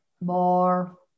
more